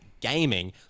gaming